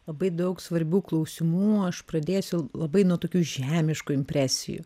labai daug svarbių klausimų aš pradėsiu labai nuo tokių žemiškų impresijų